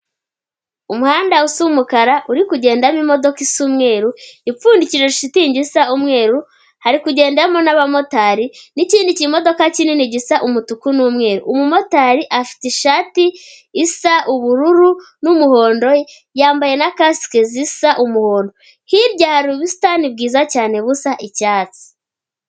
Umuhanda usa umukara uri kugendamo imodoka isa umweru ipfundikije shitingi isa umweru, hari kugendamo n'abamotari n'ikindi kimodoka kinini gisa umutuku n'umweru, umumotari afite ishati isa ubururu n'umuhondo yambaye na kasike zisa umuhondo, hirya hari ubusitani bwiza cyane busa icyatsi.